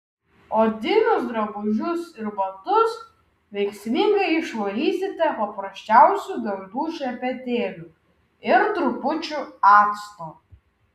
odinius drabužius ir batus veiksmingai išvalysite paprasčiausiu dantų šepetėliu ir trupučiu acto